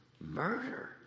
murder